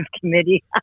committee